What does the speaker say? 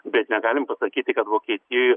bet negalim pasakyti kad vokietijoje